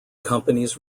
companies